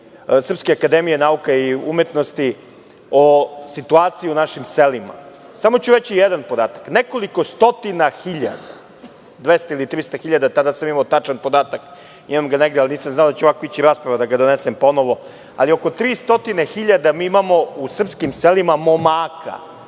Srpske akademije nauka i umetnosti o situaciji u našim selima. Samo ću reći jedan podatak. Nekoliko stotina hiljada, dvesta ili trista hiljada, tada sam imao tačan podatak, imam ga negde, nisam znao da će ovako ići rasprava pa da ga donesem ponovo, ali mi imamo u srpskim selima oko